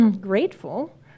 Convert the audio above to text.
grateful